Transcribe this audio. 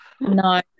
No